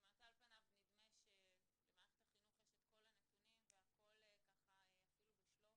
על פניו נדמה שלמערכת החינוך יש את כל הנתונים והכול אפילו בשלוף,